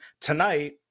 Tonight